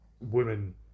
women